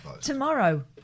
Tomorrow